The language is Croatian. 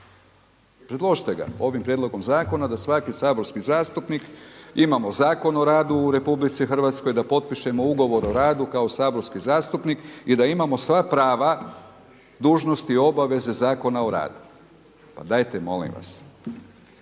predložite ga, ovim prijedlogom zakona da svaki saborski zastupnik, imamo Zakon o radu u RH da potpišemo ugovor o radu kao saborski zastupnik i da imamo sva prava dužnosti i obaveze Zakona o radu. Pa dajte molim vas,